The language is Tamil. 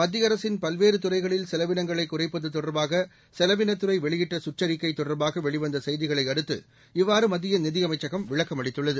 மத்திய அரசின் பல்வேறு துறைகளில் செலவினங்களை குறைப்பது தொடர்பாக செலவினத்துறை வெளியிட்ட சுற்றறிக்கை தொடர்பாக வெளிவந்த செய்திகளை அடுத்து இவ்வாறு மத்திய நிதியமைச்சகம் விளக்கமளித்துள்ளது